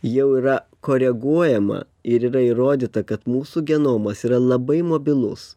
jau yra koreguojama ir yra įrodyta kad mūsų genomas yra labai mobilus